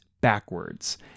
Backwards